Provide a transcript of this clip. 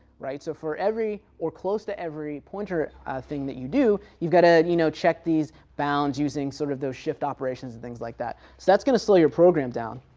right. so for every, or close to every pointer thing that you do, you got to you know check these bounds using sort of those shift operations and things like that. so that's going to slow your program down.